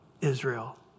Israel